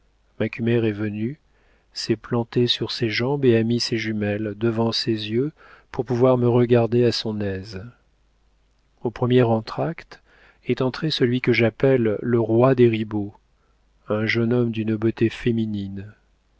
colonnes macumer est venu s'est planté sur ses jambes et a mis ses jumelles devant ses yeux pour pouvoir me regarder à son aise au premier entr'acte est entré celui que j'appelle le roi des ribauds un jeune homme d'une beauté féminine